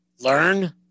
learn